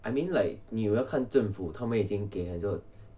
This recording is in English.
I mean like 你有要看政府他们已经给很多